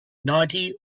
ninety